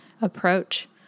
approach